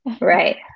Right